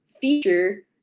feature